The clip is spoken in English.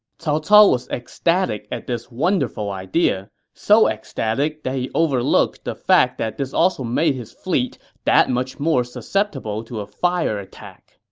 cao cao was ecstatic at this wonderful idea, so ecstatic that he overlooked the fact that this also made his fleet that much more susceptible to a fire attack.